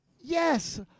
Yes